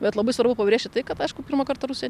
bet labai svarbu pabrėžti tai kad aišku pirmą kartą rusija